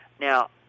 Now